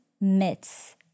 myths